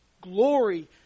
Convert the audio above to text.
Glory